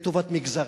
לטובת מגזרים.